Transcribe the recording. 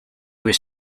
was